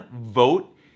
vote